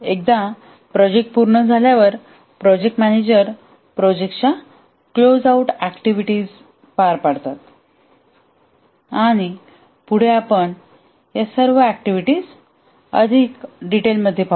एकदा प्रोजेक्ट पूर्ण झाल्यावर project manager project close out activities पार पाडतात आणि पुढे आपण या सर्व ऍक्टिव्हिटीज अधिक डिटेलमधे पाहू